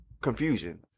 confusion